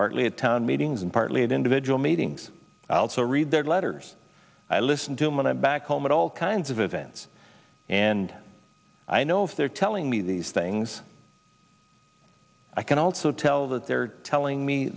partly at town meetings and partly at individual meetings or read their letters i listen to my back home at all kinds of events and i know if they're telling me these things i can also tell that they're telling me